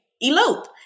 elope